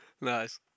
Nice